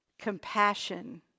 compassion